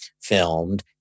filmed